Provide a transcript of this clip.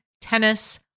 tennis